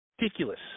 Ridiculous